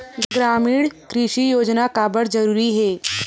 ग्रामीण कृषि योजना काबर जरूरी हे?